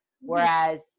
Whereas